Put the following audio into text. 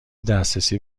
دسترسی